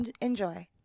Enjoy